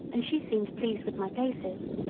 and she seemed pleased with my paces.